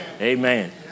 Amen